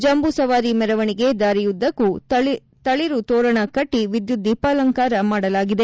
ಜಂಬೂಸವಾರಿ ಮೆರವಣಿಗೆ ದಾರಿಯುದ್ದಕ್ಕೂ ತಳಿರು ತೋರಣ ಕಟ್ಟ ವಿದ್ಯುತ್ ದೀಪಲಂಕಾರ ಮಾಡಲಾಗಿದೆ